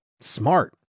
Smart